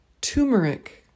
turmeric